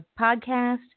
podcast